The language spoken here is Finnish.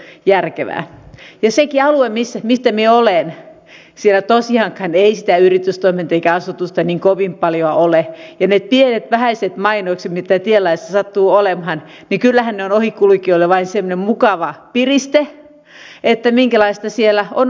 silläkin alueella mistä minä olen tosiaankaan ei sitä yritystoimintaa eikä asutusta niin kovin paljoa ole ja kyllähän ne pienet vähäiset mainokset mitä tienlaidassa sattuu olemaan ovat ohikulkijoille vain semmoinen mukava piriste että minkälaista siellä on olemassa